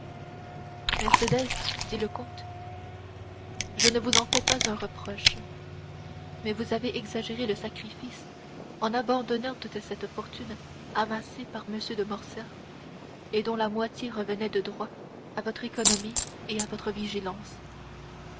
moi mercédès dit le comte je ne vous en fais pas un reproche mais vous avez exagéré le sacrifice en abandonnant toute cette fortune amassée par m de morcerf et dont la moitié revenait de droit à votre économie et à votre vigilance